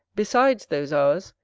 besides those hours,